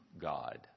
God